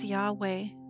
Yahweh